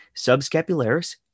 subscapularis